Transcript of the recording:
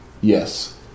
yes